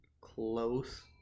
close